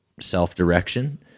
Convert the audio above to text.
self-direction